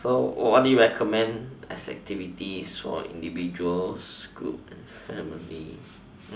so what do you recommend as activities for individuals groups and families